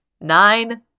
Nine